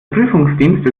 prüfungsdienst